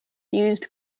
used